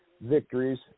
victories